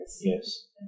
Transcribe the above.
Yes